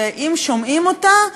שאם שומעים אותה,